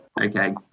Okay